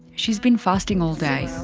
she's been fasting all day.